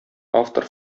автор